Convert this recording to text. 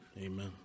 amen